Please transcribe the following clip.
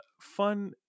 fun